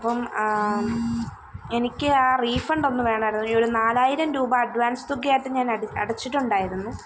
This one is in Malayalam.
അപ്പം എനിക്ക് ആ റീഫണ്ട് ഒന്നു വേണമായിരുന്നു ഈ ഒരു നാലായിരം രൂപ അഡ്വാൻസ് തുക ആയിട്ട് ഞാൻ അടി അടച്ചിട്ടുണ്ടായിരുന്നു